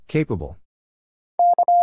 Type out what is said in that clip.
Capable